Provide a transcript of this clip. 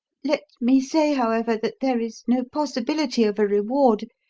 let me say, however, that there is no possibility of a reward,